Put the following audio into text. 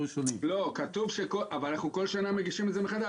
לא, אבל אנחנו כל שנה מגישים את זה מחדש.